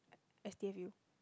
S T F U